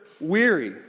weary